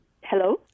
Hello